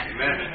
Amen